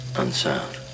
unsound